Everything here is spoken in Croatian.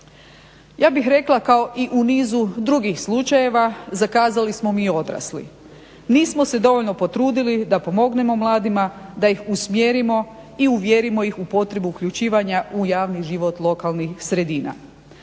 Ja bih rekla kao i u nizu drugih slučajeva zakazali smo mi odrasli. Nismo se dovoljno potrudili da pomognemo mladima, da ih usmjerimo i uvjerimo ih u potrebu uključivanja u javni život lokalnih sredina.